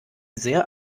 sehr